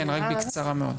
כן, רק בקצרה מאוד.